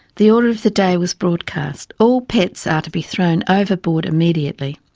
the order of the day was broadcast, all pets are to be thrown overboard immediately.